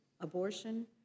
abortion